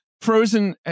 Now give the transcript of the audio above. Frozen